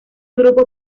grupo